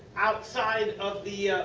outside of the